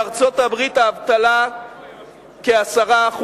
בארצות-הברית האבטלה כ-10%,